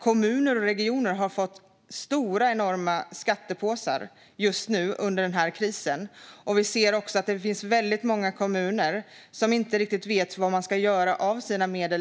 Kommuner och regioner har fått enorma skattepåsar under den här krisen, och det finns väldigt många kommuner som just i dagsläget inte riktigt vet var de ska göra av sina medel.